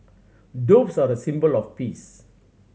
doves are a symbol of peace